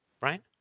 Right